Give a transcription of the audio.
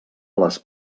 les